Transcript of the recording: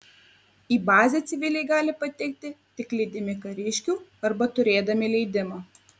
į bazę civiliai gali patekti tik lydimi kariškių arba turėdami leidimą